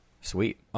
Sweet